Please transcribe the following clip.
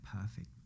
perfect